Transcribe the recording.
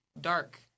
dark